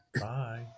bye